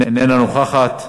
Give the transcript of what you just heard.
איננה נוכחת,